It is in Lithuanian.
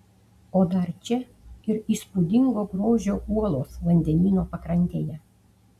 o dar čia ir įspūdingo grožio uolos vandenyno pakrantėje